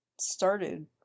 started